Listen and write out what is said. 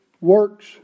works